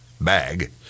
bag